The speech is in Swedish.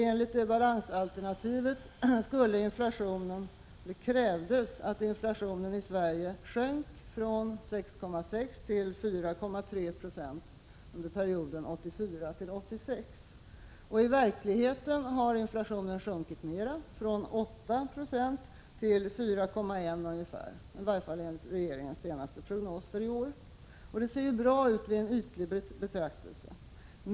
Enligt detta krävdes att inflationen i Sverige sjönk från 6,6 till 4,3 96 under perioden. I verkligheten har utfallet blivit en sänkning från 8,0 till 4,1 — det senaste enligt regeringens egen prognos för i år. Detta ser ju bra ut vid en ytlig betraktelse.